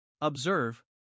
Observe